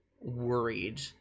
worried